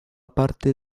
parte